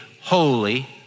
holy